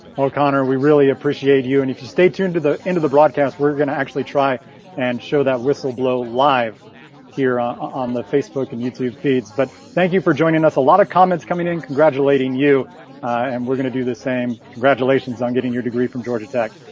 well, connor, we really appreciate you and if you stay tuned to the end of the broadcast, we're gonna actually try and show that whistle blow live here on the facebook and youtube feeds but thank you for joining us a lot of comments coming in congratulating you and we're gonna do the same. congratulations on getting your degree from georgia tech.